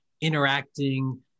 interacting